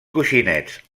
coixinets